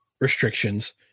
restrictions